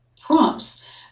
prompts